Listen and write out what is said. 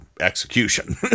execution